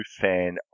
fan